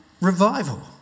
revival